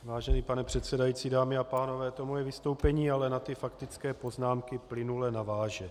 Vážený pane předsedající, dámy a pánové, moje vystoupení na ty faktické poznámky plynule naváže.